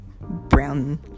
brown